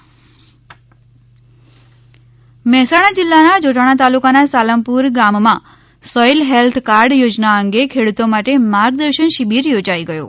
soil health card Mehsana જિલ્લાના જોટાણા તાલુકાના સાલમપુર ગામમાં સોઇલ હેલ્થ કાર્ડ યોજના અંગે ખેડૂતો માટે માર્ગદર્શન શિબિર યોજાઇ ગયો